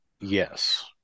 Yes